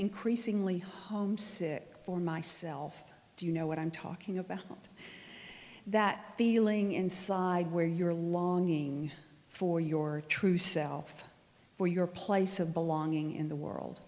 increasingly homesick for myself do you know what i'm talking about that feeling inside where your longing for your true self or your place of belonging in the world